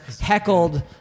heckled